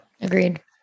Agreed